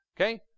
Okay